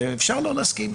אפשר לא להסכים,